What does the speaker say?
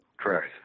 Correct